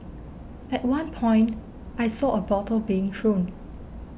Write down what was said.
at one point I saw a bottle being thrown